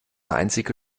einzige